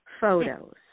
photos